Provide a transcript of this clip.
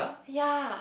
ya